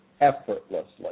effortlessly